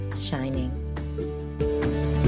shining